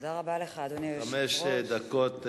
חמש דקות,